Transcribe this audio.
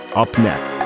up next